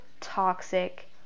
toxic